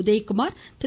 Udhayakumar Thiru